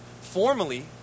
Formally